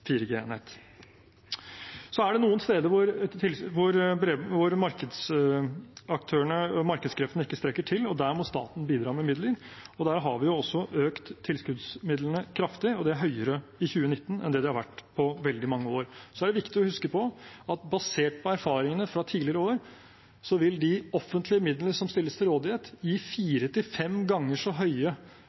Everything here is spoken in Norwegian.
Så er det noen steder hvor markedskreftene ikke strekker til, og der må staten bidra med midler. Vi har også økt tilskuddsmidlene kraftig, og de er høyere i 2019 enn de har vært på veldig mange år. Det er viktig å huske på at basert på erfaringene fra tidligere år vil de offentlige midlene som stilles til rådighet, gi fire til fem ganger så